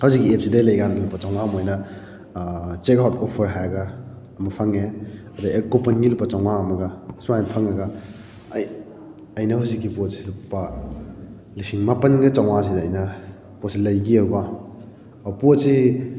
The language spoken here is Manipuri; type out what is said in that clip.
ꯍꯧꯖꯤꯛꯀꯤ ꯑꯦꯞꯁꯤꯗꯩ ꯂꯩ ꯀꯥꯟꯗ ꯂꯨꯄꯥ ꯆꯥꯝꯃꯉꯥ ꯃꯣꯏꯅ ꯆꯦꯛ ꯑꯥꯎꯠ ꯑꯣꯐꯔ ꯍꯥꯏꯔꯒ ꯑꯃ ꯐꯪꯉꯦ ꯑꯗꯩ ꯑꯩ ꯀꯣꯄꯟꯒꯤ ꯂꯨꯄꯥ ꯆꯥꯝꯃꯉꯥ ꯑꯃꯒ ꯁꯨꯃꯥꯏꯅ ꯐꯪꯉꯒ ꯑꯩ ꯑꯩꯅ ꯍꯧꯖꯤꯛꯀꯤ ꯄꯣꯠꯁꯤ ꯂꯨꯄꯥ ꯂꯤꯁꯤꯡ ꯃꯥꯄꯜꯒ ꯆꯥꯝꯃꯉꯥ ꯁꯤꯗ ꯑꯩꯅ ꯄꯣꯠꯁꯤ ꯂꯩꯈꯤꯑꯕ ꯄꯣꯠꯁꯤ